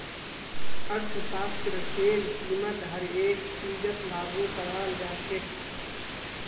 अर्थशास्त्रतेर कीमत हर एक चीजत लागू कराल जा छेक